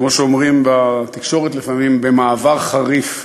כמו שאומרים בתקשורת לפעמים: במעבר חריף,